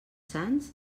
sants